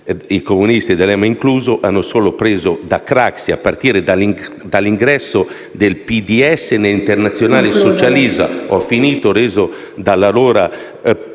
I comunisti, D'Alema incluso, hanno solo preso da Craxi, a partire dall'ingresso del PDS nell'Internazionale socialista, reso possibile dall'allora